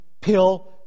pill